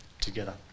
together